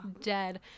dead